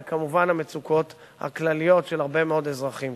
וכמובן המצוקות הכלליות של הרבה מאוד אזרחים.